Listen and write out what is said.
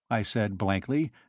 i said, blankly,